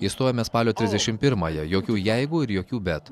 išstojame spalio trisdešimt pirmąją jokių jeigu ir jokių bet